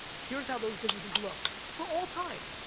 here's how those businesses look, for all time,